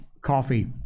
Coffee